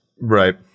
Right